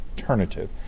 alternative